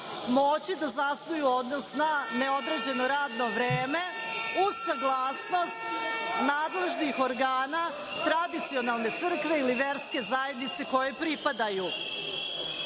moći da zasnuju odnos na neodređene radno vreme uz saglasnost nadležnih organa, tradicionalne crkve ili verske zajednice kojoj pripadaju. Isto